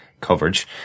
coverage